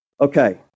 Okay